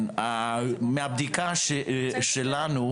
מהבדיקה שלנו